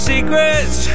Secrets